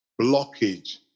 blockage